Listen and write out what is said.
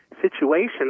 situation